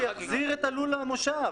תאפשר לו להחזיר את הלול למושב